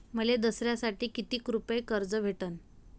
मले दसऱ्यासाठी कितीक रुपये कर्ज भेटन?